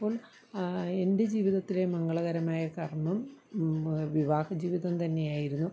അപ്പോൾ എൻ്റെ ജീവിതത്തിലെ മംഗളകരമായ കർമ്മം വിവാഹ ജീവിതം തന്നെയായിരുന്നു